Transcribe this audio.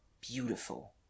beautiful